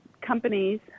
companies